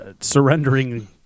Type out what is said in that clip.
surrendering